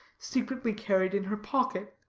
secretly carried in her pocket.